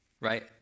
right